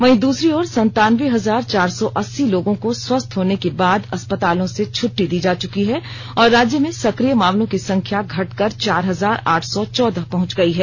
वहीं दूसरी ओर संतानवे हजार चार सौ अस्सी लोगों को स्वस्थ होने के बाद अस्पतालों से छुट्टी दी जा चुकी है और राज्य में सक्रिय मामलों की संख्या घटकर चार हजार आठ सौ चौदह पहुंच गई है